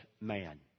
man